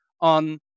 on